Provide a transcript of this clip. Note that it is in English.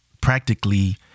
practically